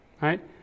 right